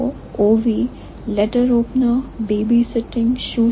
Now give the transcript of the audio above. तो OV letter opener babysitting shoe shining